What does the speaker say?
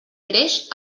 creix